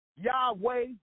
Yahweh